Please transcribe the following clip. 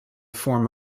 form